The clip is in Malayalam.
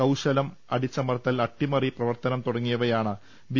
കൌശലം അടിച്ചമർത്തൽ അട്ടിമറി പ്രവർത്തനം തുടങ്ങിയവയാണ് ബി